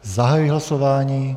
Zahajuji hlasování.